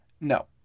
No